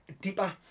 Deeper